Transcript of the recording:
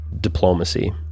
diplomacy